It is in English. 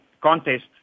contest